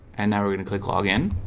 and now we're gonna click login